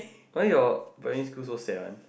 why your primary school so sad one